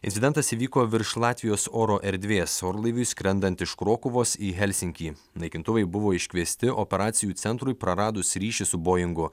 incidentas įvyko virš latvijos oro erdvės orlaiviui skrendant iš krokuvos į helsinkį naikintuvai buvo iškviesti operacijų centrui praradus ryšį su boingu